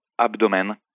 abdomen